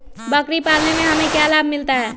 बकरी पालने से हमें क्या लाभ मिलता है?